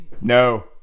No